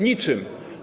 Niczym.